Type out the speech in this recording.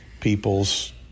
people's